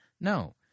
No